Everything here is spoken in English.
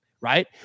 right